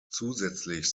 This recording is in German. zusätzlich